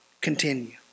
continue